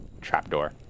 trapdoor